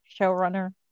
showrunner